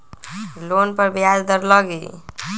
Loan पर ब्याज दर लगी?